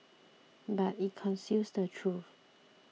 but it conceals the truth